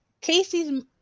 Casey's